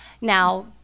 now